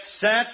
set